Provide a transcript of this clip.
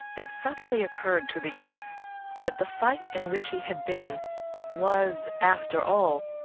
it suddenly occurred to the youth that the fight in which he had been was, after all,